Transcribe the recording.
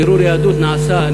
בירור יהדות נעשה.